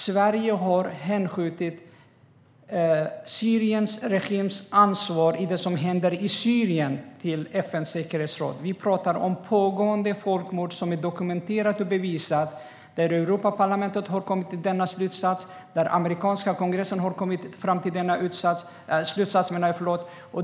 Sverige har hänskjutit frågan om Syriens regims ansvar för det som händer i Syrien till FN:s säkerhetsråd. Vi talar om pågående folkmord som är dokumenterat och bevisat. Europaparlamentet och den amerikanska kongressen har kommit till denna slutsats.